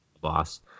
boss